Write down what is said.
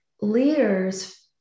leaders